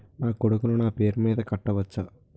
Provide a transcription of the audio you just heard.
నా కొడుకులు నా పేరి మీద కట్ట వచ్చా?